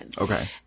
Okay